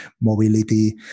mobility